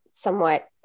Somewhat